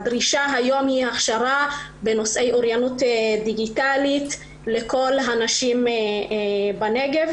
הדרישה היום היא להכשרה בנושאי אוריינות דיגיטלית לכל הנשים בנגב.